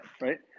right